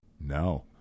No